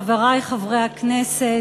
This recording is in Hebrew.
חברי חברי הכנסת,